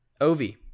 Ovi